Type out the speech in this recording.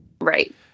Right